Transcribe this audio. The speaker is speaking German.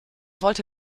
wollte